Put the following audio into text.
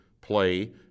play